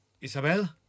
Isabel